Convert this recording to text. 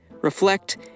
reflect